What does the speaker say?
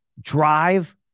drive